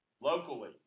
locally